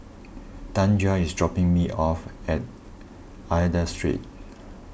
Tanja is dropping me off at Aida Street